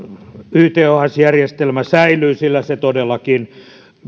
yths järjestelmä säilyy sillä